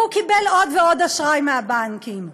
והוא קיבל עוד ועוד אשראי מהבנקים.